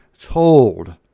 told